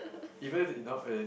even if you know and